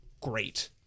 great